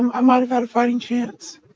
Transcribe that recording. i might've had a fighting chance.